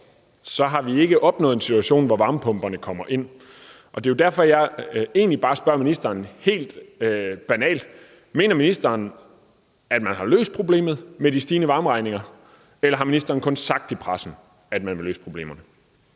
har vi ikke opnået en situation, hvor varmepumperne kommer ind. Det er derfor, at jeg egentlig helt banalt spørger ministeren: Mener ministeren, at man har løst problemet med de stigende varmeregninger? Eller har ministeren kun sagt i pressen, at man vil løse problemet?